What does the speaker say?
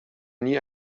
nie